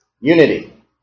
Unity